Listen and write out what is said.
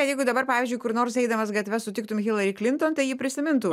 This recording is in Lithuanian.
kad jeigu dabar pavyzdžiui kur nors eidamas gatve sutiktum hilari klinton tai ji prisimintų